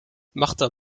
martin